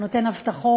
הוא נותן הבטחות,